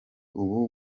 ubu